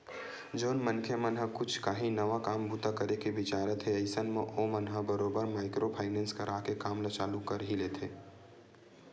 जउन मनखे मन ह कुछ काही नवा काम बूता करे के बिचारत हे अइसन म ओमन ह बरोबर माइक्रो फायनेंस करा के काम ल चालू कर ही लेथे